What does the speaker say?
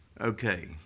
Okay